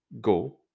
Go